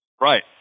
Right